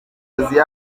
afite